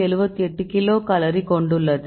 78 kilo calorie கொண்டுள்ளது